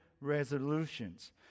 resolutions